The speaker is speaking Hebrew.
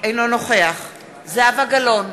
אינו נוכח זהבה גלאון,